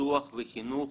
פיתוח וחינוך